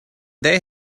they